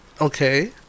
Okay